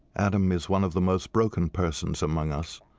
adam is one of the most broken persons among us,